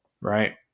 right